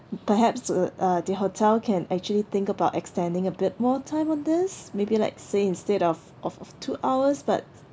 perhaps the uh the hotel can actually think about extending a bit more time on this maybe like say instead of of of two hours but